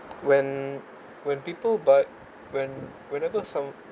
when when people bought when whenever some